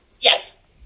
Yes